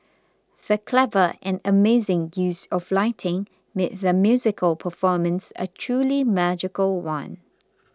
the clever and amazing use of lighting made the musical performance a truly magical one